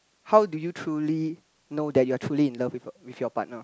how do you truly know that you are truly in love with your with your partner